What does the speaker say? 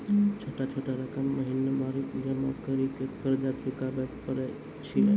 छोटा छोटा रकम महीनवारी जमा करि के कर्जा चुकाबै परए छियै?